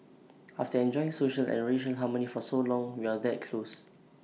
after enjoying social and racial harmony for so long we are that close